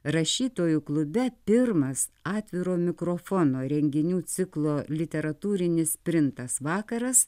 rašytojų klube pirmas atviro mikrofono renginių ciklo literatūrinis sprintas vakaras